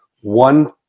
one